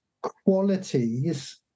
qualities